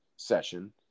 session